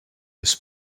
his